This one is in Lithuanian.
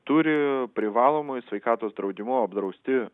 turi privalomuoju sveikatos draudimu apdrausti